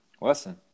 Listen